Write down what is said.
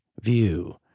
view